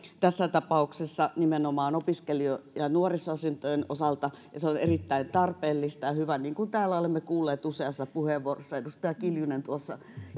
tässä tapauksessa nimenomaan opiskelija ja nuorisoasuntojen osalta ja se on erittäin tarpeellista ja hyvää niin kuin täällä olemme kuulleet useassa puheenvuorossa edustaja kiljunen tuossa